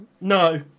No